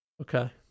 okay